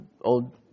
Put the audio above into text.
Old